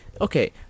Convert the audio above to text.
Okay